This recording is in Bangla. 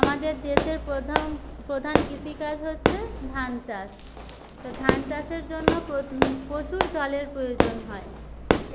আমাদের দেশের প্রধম প্রধান কৃষিকাজ হচ্ছে ধান চাষ তো ধান চাষের জন্য প্র প্রচুর জলের প্রয়োজন হয়